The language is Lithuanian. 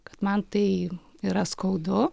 kad man tai yra skaudu